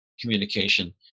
communication